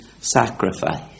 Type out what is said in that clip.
sacrifice